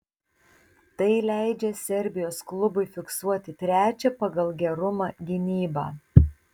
tai leidžia serbijos klubui fiksuoti trečią pagal gerumą gynybą